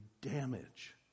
damage